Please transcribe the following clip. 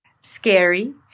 Scary